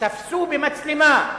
תפסו במצלמה,